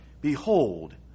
behold